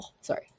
sorry